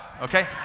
okay